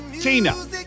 Tina